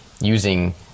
using